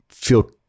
feel